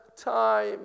time